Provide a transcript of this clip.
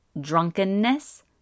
drunkenness